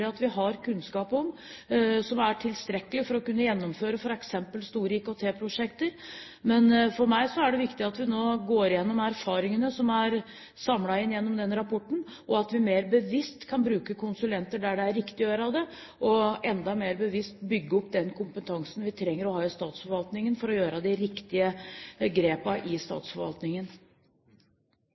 at vi har tilstrekkelig kunnskap om for å kunne gjennomføre, f.eks. store IKT-prosjekter. Men for meg er det viktig at vi nå går gjennom erfaringene som er samlet inn gjennom den rapporten, slik at vi mer bevisst kan bruke konsulenter der det er riktig å gjøre det, og enda mer bevisst bygge opp den kompetansen vi trenger å ha i statsforvaltningen for å ta de riktige